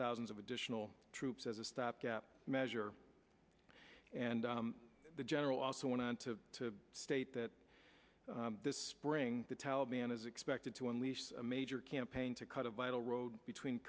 thousands of additional troops as a stopgap measure and the general also went on to state that this spring the taliban is expected to unleash a major campaign to cut a vital road between